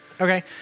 okay